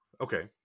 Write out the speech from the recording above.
Okay